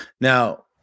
Now